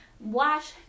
Wash